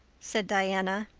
said diana.